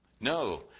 No